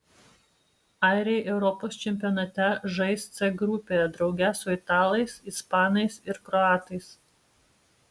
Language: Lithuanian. airiai europos čempionate žais c grupėje drauge su italais ispanais ir kroatais